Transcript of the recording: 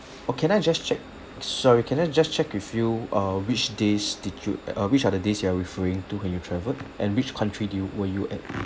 oh can I just check sorry can I just check with you uh which days did you uh which are the days you are referring to when you travelled and which country did you were you at